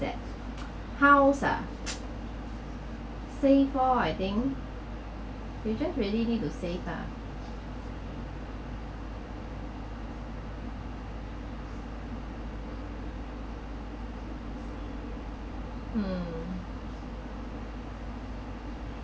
that house ah saved oh I think we just really need to saved ah mm